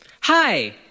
Hi